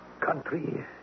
Country